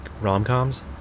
rom-coms